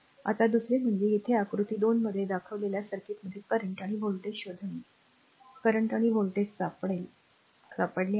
आता दुसरे म्हणजे येथे आकृती 2 मध्ये दाखवलेल्या सर्किटमध्ये करंट आणि व्होल्टेज शोधणे करंट आणि व्होल्टेज सापडले आहेत